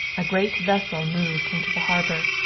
a great vessel moved into the harbor.